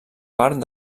part